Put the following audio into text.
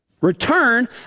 return